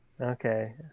Okay